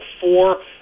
four